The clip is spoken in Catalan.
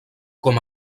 com